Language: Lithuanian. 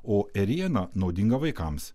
o ėriena naudinga vaikams